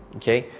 okay?